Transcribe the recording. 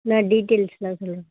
நான் டீடியல்ஸ்லாம் சொல்கிறேன்